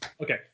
okay